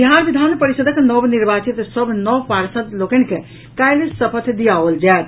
बिहार विधान परिषद नवनिर्वाचित सभ नओ पार्षद लोकनि के काल्हि शपथ दियाओल जायत